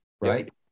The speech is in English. right